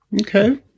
okay